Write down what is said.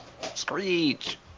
Screech